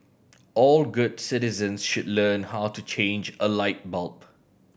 all good citizens should learn how to change a light bulb